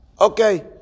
Okay